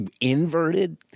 inverted